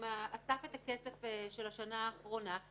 הוא אסף את הכסף של השנה האחרונה,